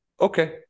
okay